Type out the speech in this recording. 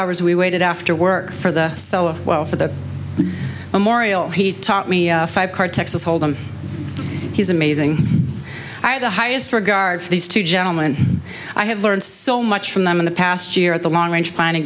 hours we waited after work for the so well for the morial he taught me five car texas hold'em he's amazing i have the highest regard for these two gentlemen i have learned so much from them in the past year at the long range planning